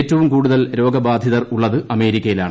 ഏറ്റവും കൂടുതൽ രോഗബാധിതരുള്ളത് അമേരിക്ക യിലാണ്